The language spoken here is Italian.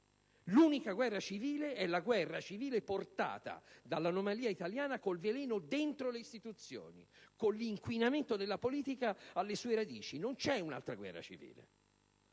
L'unica guerra civile è quella portata dall'anomalia italiana con il veleno dentro le istituzioni e con l'inquinamento della politica alle sue radici. Non c'è un'altra guerra civile.